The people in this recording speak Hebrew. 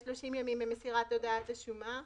יש 30 ממסירת הודעת השומה.